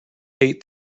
hate